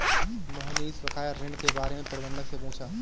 मोहनीश बकाया ऋण के बारे में प्रबंधक से पूछा